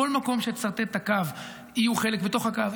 בכל מקום שנסרטט את הקו יהיו חלק בתוך הקו,